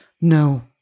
No